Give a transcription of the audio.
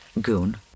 goon